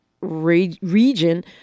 region